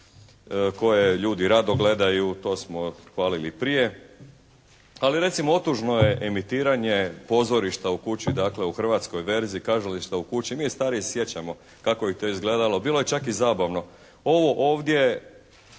koje ljudi rado gledaju. To smo hvalili i prije. Ali recimo otužno je emitiranje Pozorišta u kući dakle u hrvatskoj verziji, Kazališta u kući. Mi stariji se sjećamo kako je to izgledalo. Bilo je čak i zabavno. Ovo ovdje